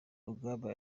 rugamba